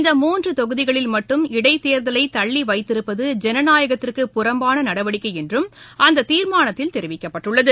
இந்த மூன்று தொகுதிகளில் மட்டும் இடைத்தேர்தலை தள்ளிவைத்திருப்பது ஜனநாயகத்திற்கு புறம்பான நடவடிக்கை என்றும் அந்த தீர்மானத்தில் தெரிவிக்கப்பட்டுள்ளது